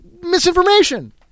misinformation